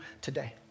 today